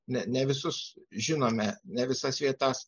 ne ne visus žinome ne visas vietas